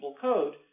code